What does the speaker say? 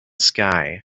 sky